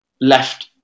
left